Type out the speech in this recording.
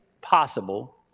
possible